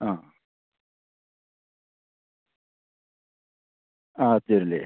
ആ ആ അത് ഇല്ലേ